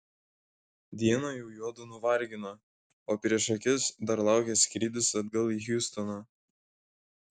diena jau juodu nuvargino o prieš akis dar laukė skrydis atgal į hjustoną